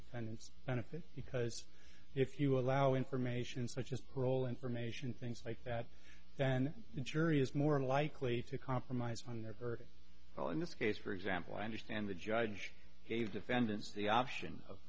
defendant's benefit because if you allow information such as parole information things like that then ensure he is more likely to compromise on their verdict well in this case for example i understand the judge gave defendants the option of